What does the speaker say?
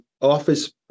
office